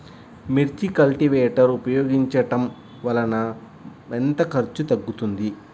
మిర్చి కల్టీవేటర్ ఉపయోగించటం వలన ఎంత ఖర్చు తగ్గుతుంది?